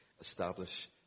establish